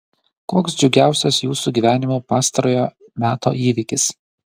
koks džiugiausias jūsų gyvenimo pastarojo meto įvykis